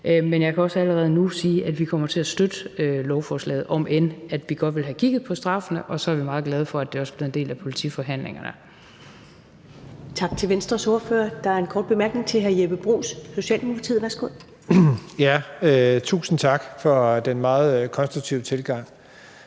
Men jeg kan også allerede nu sige, at vi kommer til støtte lovforslaget, om end vi godt vil have kigget på straffene, og vi er så også meget glade for, at det bliver en del af politiforhandlingerne.